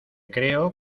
creo